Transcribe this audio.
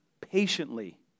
patiently